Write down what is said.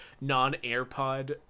non-airpod